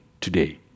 today